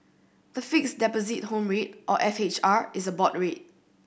the Fixed Deposit Home Rate or F H R is a board rate